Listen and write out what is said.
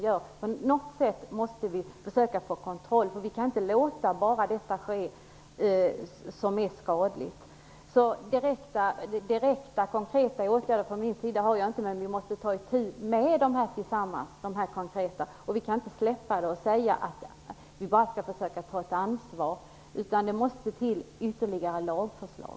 På något sätt måste vi försöka få kontroll. Vi kan inte bara låta detta som är skadligt ske. Jag har inte några direkta förslag till konkreta åtgärder. Men vi måste ta itu med konkreta åtgärder tillsammans. Vi kan inte släppa det och säga att vi skall försöka ta ansvar. Det måste till ytterligare lagförslag.